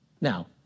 Now